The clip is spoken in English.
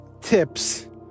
tips